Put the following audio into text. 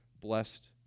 blessed